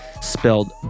spelled